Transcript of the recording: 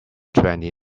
twenty